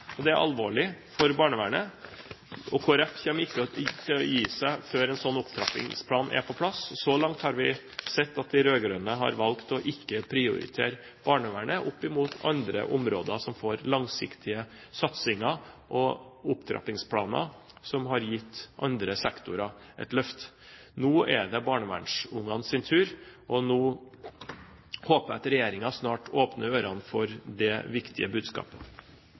og det er alvorlig for barnevernet. Kristelig Folkeparti kommer ikke til å gi seg før en slik opptrappingsplan er på plass. Så langt har vi sett at de rød-grønne har valgt å ikke prioritere barnevernet opp mot andre områder, som får langsiktige satsinger og opptrappingsplaner, som har gitt andre sektorer et løft. Nå er det barnevernsbarnas tur, og jeg håper at regjeringen snart åpner ørene for det viktige budskapet.